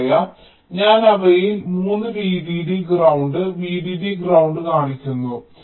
എന്ന് പറയാം ഞാൻ അവയിൽ 3 VDD ഗ്രൌണ്ട് VDD ഗ്രൌണ്ട് കാണിക്കുന്നു